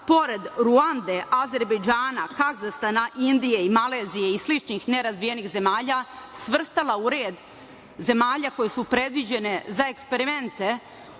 pored Ruande, Azerbejdžana, Kazahstana, Indije, Malezije i sličnih nerazvijenih zemalja, svrstala u red zemalja koje su predviđene za eksperimente